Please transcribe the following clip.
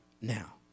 now